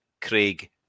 Craig